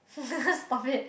stop it